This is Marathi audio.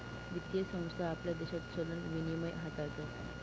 वित्तीय संस्था आपल्या देशात चलन विनिमय हाताळतात